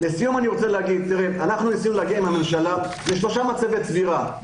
אנחנו רוצים להגיע עם הממשלה לשלושה מצבי צבירה.